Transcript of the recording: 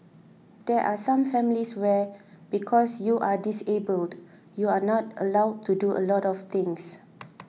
there are some families where because you are disabled you are not allowed to do a lot of things